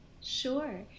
Sure